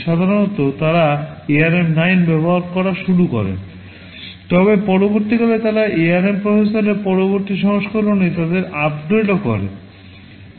সাধারণত তারা ARM 9 ব্যবহার করা শুরু করে তবে পরবর্তীকালে তারা ARM প্রসেসরের পরবর্তী সংস্করণে তাদের আপগ্রেড করে